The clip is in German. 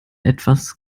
etwas